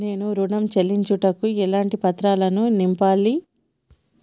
నేను ఋణం చెల్లించుటకు ఎలాంటి పత్రాలను నింపాలి?